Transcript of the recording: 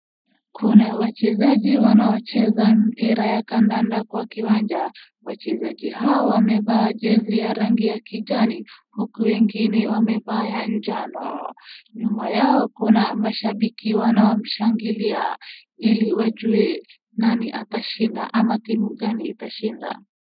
Kuna wachezaji wanaocheza mpira ya kandanda kwa kiwanja wachezaji hawa wamevaa jezi ya rangi ya kijani huku wengine wamevaa ya njano. Nyuma yao kuna mashabaki wanao mshangilia ili wajue nani atashinda ama timu gani itashinda.